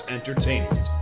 Entertainment